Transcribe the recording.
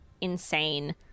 insane